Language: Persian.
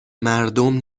مردم